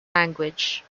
language